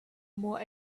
more